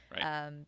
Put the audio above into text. right